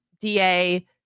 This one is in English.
DA